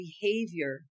behavior